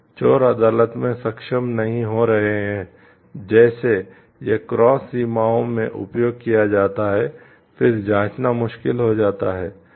चोर अदालत में सक्षम नहीं हो रहे हैं जैसे यह क्रॉस सीमाओं में उपयोग किया जाता है फिर जांचना मुश्किल हो जाता है